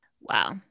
Wow